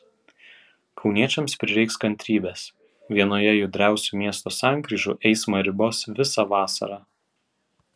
kauniečiams prireiks kantrybės vienoje judriausių miesto sankryžų eismą ribos visą vasarą